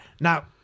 Now